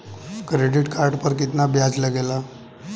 Credit card पर कितना ब्याज लगेला?